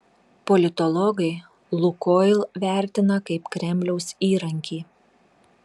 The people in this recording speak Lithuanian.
politologai lukoil vertina kaip kremliaus įrankį